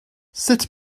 sut